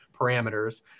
parameters